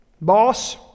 Boss